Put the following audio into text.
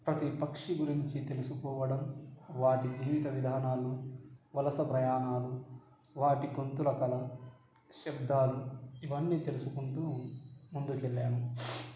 ప్రతి పక్షి గురించి తెలుసుకోవడం వాటి జీవిత విధానాలు వలస ప్రయాణాలు వాటి గొంతుల కల శబ్దాలు ఇవన్నీ తెలుసుకుంటు ముందుకు వెళ్ళాను